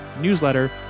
newsletter